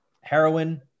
heroin